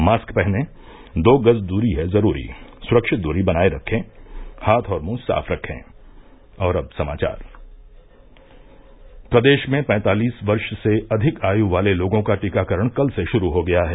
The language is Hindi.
मास्क पहनें दो गज दूरी है जरूरी सुरक्षित दूरी बनाये रखे हाथ और मुंह साफ रखें प्रदेश में पैंतालीस वर्ष से अधिक आयु वाले लोगों का टीकाकरण कल से शुरू हो गया है